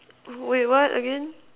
wait what again